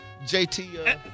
JT